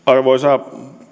arvoisa